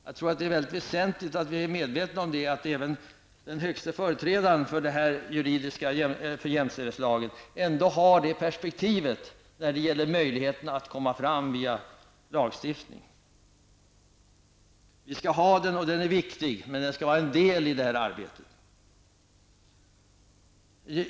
Jag tror att det är mycket väsentligt att vi är medvetna om att även den högsta företrädaren på det här området ändå har detta perspektiv när det gäller möjligheterna att komma fram genom lagstiftning. Vi skall ha det så, och det är viktigt, men det utgör bara en del i det här arbetet.